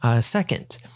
Second